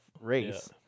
race